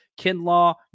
Kinlaw